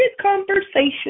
conversation